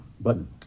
button